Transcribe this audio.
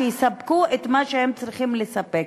שיספקו את מה שהם צריכים לספק,